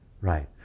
right